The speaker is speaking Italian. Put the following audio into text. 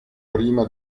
prima